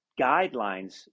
guidelines